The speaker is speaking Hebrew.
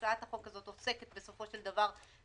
היועצת המשפטית, אולי אפשר לקצר?